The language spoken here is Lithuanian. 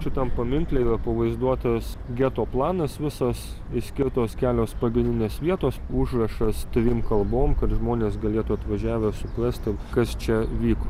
šitam paminkle yra pavaizduotas geto planas visas išskirtos kelios pagrindinės vietos užrašas trim kalbom kad žmonės galėtų atvažiavę suprasti kas čia įvyko